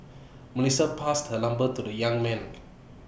Melissa passed her number to the young man